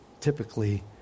typically